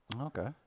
okay